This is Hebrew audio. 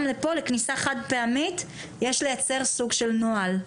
גם לכניסה חד-פעמית יש לייצר סוג של נוהל,